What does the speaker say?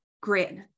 great